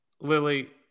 Lily